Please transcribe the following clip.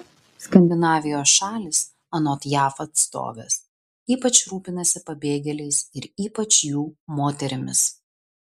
skandinavijos šalys anot jav atstovės ypač rūpinasi pabėgėliais ir ypač jų moterimis